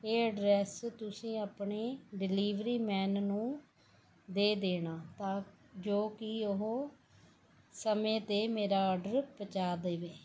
ਇਹ ਐਡਰੈੱਸ ਤੁਸੀਂ ਆਪਣੇ ਡਿਲੀਵਰੀ ਮੈਨ ਨੂੰ ਦੇ ਦੇਣਾ ਤਾਂ ਜੋ ਕਿ ਉਹ ਸਮੇਂ 'ਤੇ ਮੇਰਾ ਆਡਰ ਪਹੁੰਚਾ ਦੇਵੇ